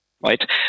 right